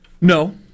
No